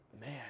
man